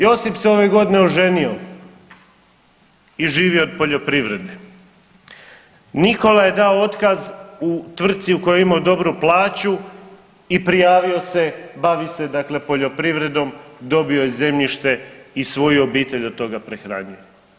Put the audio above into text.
Josip se ove godine oženio i živi od poljoprivrede, Nikola je dao otkaz u tvrtci u kojoj je imao dobru plaću i prijavio se, bavi se dakle poljoprivredom, dobio je zemljište i svoju obitelj od toga prehranjuje.